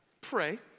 pray